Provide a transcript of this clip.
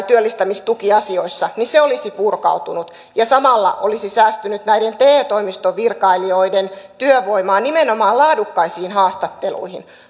työllistämistukiasioissa niin olisi purkautunut ja samalla olisi säästynyt näiden te toimiston virkailijoiden työvoimaa nimenomaan laadukkaisiin haastatteluihin